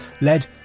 led